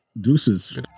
deuces